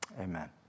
amen